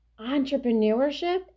entrepreneurship